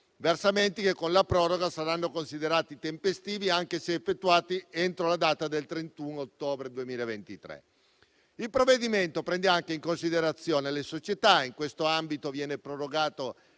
versamenti che, con la proroga, saranno considerati tempestivi anche se effettuati entro la data del 31 ottobre 2023. Il provvedimento prende anche in considerazione le società. In questo ambito viene prorogato